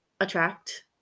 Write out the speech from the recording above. attract